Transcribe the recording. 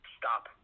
stop